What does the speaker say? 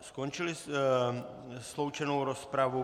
Skončili jsme sloučenou rozpravu.